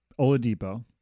Oladipo